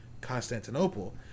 Constantinople